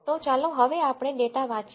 તો ચાલો હવે આપણે ડેટા વાંચીએ